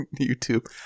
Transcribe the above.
YouTube